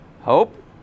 Hope